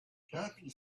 katie